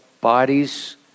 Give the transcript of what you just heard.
bodies